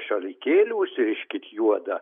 šalikėlį užsiriškit juodą